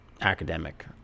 academic